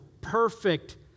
perfect